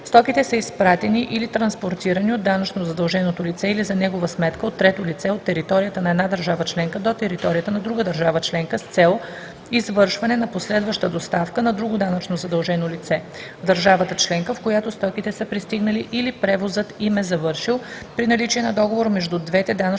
стоките са изпратени или транспортирани от данъчно задълженото лице или за негова сметка от трето лице от територията на една държава членка до територията на друга държава членка с цел извършване на последваща доставка на друго данъчно задължено лице в държавата членка, в която стоките са пристигнали или превозът им е завършил, при наличие на договор между двете данъчно